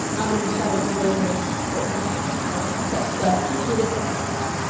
um and we just thought it was a really nice quote from him to kind of encompass the theme of the podcast.